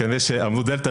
כנראה כשאמרו "דלתא",